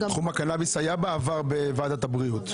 תחום הקנאביס היה בעבר בוועדת הבריאות.